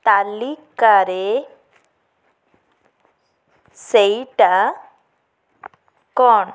ତାଲିକାରେ ସେଇଟା କ'ଣ